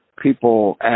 people